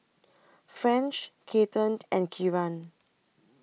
French Cathern and Kieran